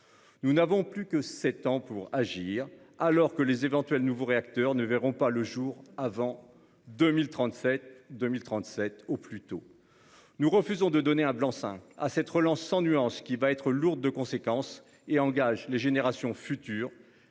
Nous n'avons plus que 7 ans pour agir, alors que les éventuels nouveaux réacteurs ne verront pas le jour avant 2037 2037 au plus tôt. Nous refusons de donner un blanc-seing à cette relance sans nuance qui va être lourde de conséquences et engage les générations futures